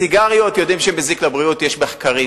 סיגריות, יודעים שזה מזיק לבריאות, יש מחקרים.